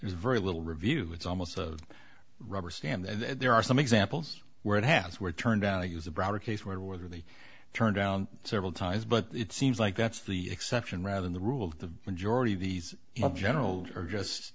very little review it's almost a rubber stamp and there are some examples where it has were turned out to use a broader case where were they turned down several times but it seems like that's the exception rather than the rule the majority of these generals are just